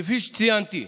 כפי שציינתי,